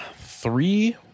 Three